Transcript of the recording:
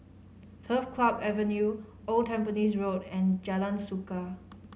Turf Club Avenue Old Tampines Road and Jalan Suka